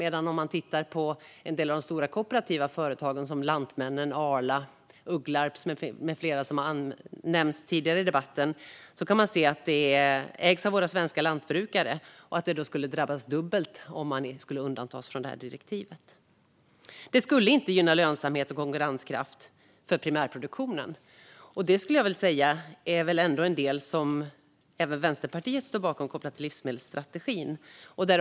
Men om man tittar på en del av de stora kooperativa företagen, som Lantmännen, Arla, Ugglarp med flera som också har nämnts tidigare i debatten, kan man se att de ägs av våra svenska lantbrukare. De skulle drabbas dubbelt om man skulle undantas från det här direktivet. Det skulle inte gynna lönsamhet och konkurrenskraft för primärproduktionen, och det är väl ändå en del som även Vänsterpartiet står bakom, kopplat till livsmedelsstrategin.